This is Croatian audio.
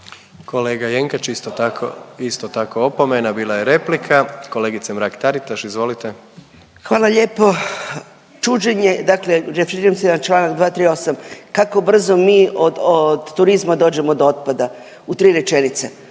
Kolega Jenkač isto tako opomena, bila je replika. Kolegice Mrak Taritaš izvolite. **Mrak-Taritaš, Anka (GLAS)** Hvala lijepo. Čuđenje dakle referiram se na čl. 238. kako brzo mi od turizma dođemo do otpada u tri rečenice,